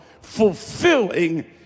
fulfilling